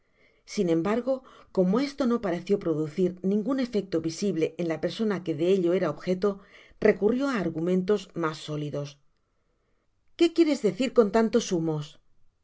sin embargo como esto no pareció producir ningun efecto visible en la persona que de ello era objeto recurrió á argumentos mas sólidos qué quieres decir con tantos humos